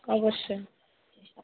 অবশ্যই